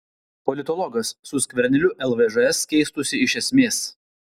politologas su skverneliu lvžs keistųsi iš esmės